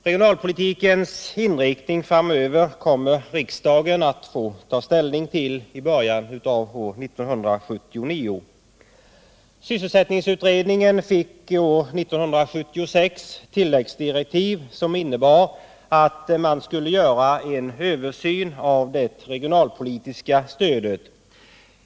Regionalpolitikens inriktning framöver kommer riksdagen att få ta ställning till i början av 1979. Sysselsättningsutredningen fick år 1976 tilläggsdirektiv som innebar att man skulle göra en översyn av det regionalpolitiska stödet.